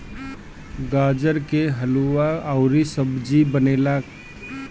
गाजर के हलुआ अउरी सब्जी बनेला